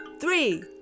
three